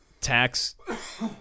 tax